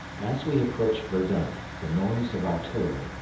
as we approached verdun the noise of artillery,